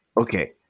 Okay